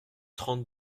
trente